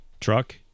Truck